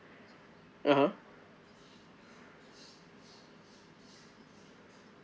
(uh huh)